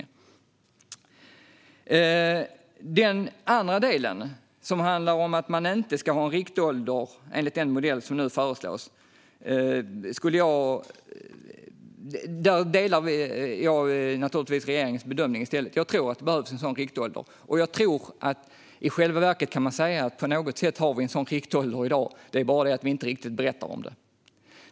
När det gäller den andra delen, som handlar om att man inte ska ha en riktålder enligt den modell som nu föreslås, delar jag regeringens bedömning. Jag tror att det behövs en sådan riktålder, och jag tror att man i själva verket kan säga att vi på något sätt har en sådan riktålder i dag men att vi inte riktigt berättar om det.